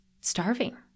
starving